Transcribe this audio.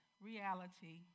reality